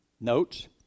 notes